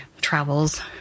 travels